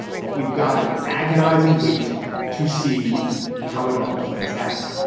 but we've got an agonizing wait to see how it all plays out.